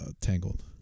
Tangled